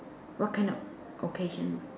what kind of occasion